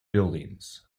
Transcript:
buildings